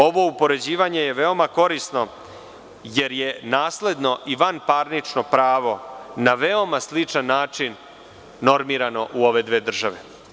Ovo upoređivanje je veoma korisno jer je nasledno i vanparnično pravo na veoma sličan način normirano u ove dve države.